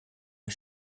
der